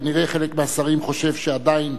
כנראה חלק מהשרים חושב שעדיין